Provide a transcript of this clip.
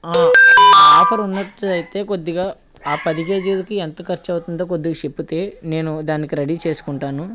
offer ఉన్నట్లయితే కొద్దిగా ఆ పది కేజీలకి ఎంత ఖర్చవుతుందో కొద్దిగా చెప్పితే నేను దానికి రెడీ చేసుకుంటాను